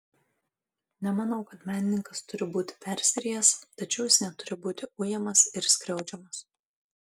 nemanau kad menininkas turi būti persirijęs tačiau jis neturi būti ujamas ir skriaudžiamas